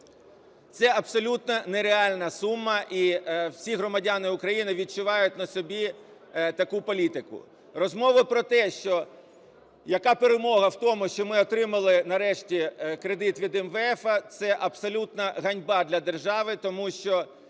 Це абсолютно нереальна сума, і всі громадяни України відчувають на собі таку політику. Розмови про те, що яка перемога в тому, що ми отримали нарешті кредит від МВФу. Це абсолютна ганьба для держави, тому що